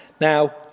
Now